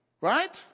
Right